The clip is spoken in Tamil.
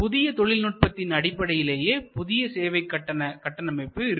புதிய தொழில்நுட்பத்தின் அடிப்படையிலேயே புதிய சேவை கட்டண கட்டமைப்பு இருக்கும்